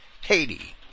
Haiti